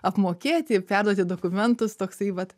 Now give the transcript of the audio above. apmokėti perduoti dokumentus toksai vat